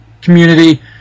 community